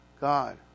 god